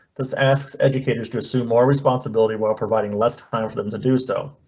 this asks educators to assume more responsibility while providing less time for them to do so.